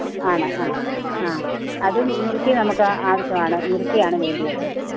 ആണ് ആ ആ അതും ഞുറുക്കി നമുക്ക് ആവശ്യമാണ് ഞുറുക്കിയാണ് വേണ്ടിയത്